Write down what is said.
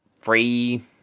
Free